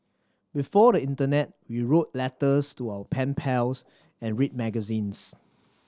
before the internet we wrote letters to our pen pals and read magazines